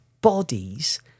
bodies